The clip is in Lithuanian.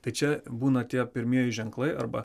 tai čia būna tie pirmieji ženklai arba